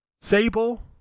Sable